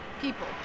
people